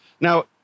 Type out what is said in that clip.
Now